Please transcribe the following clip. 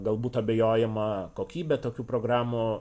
galbūt abejojama kokybė tokių programų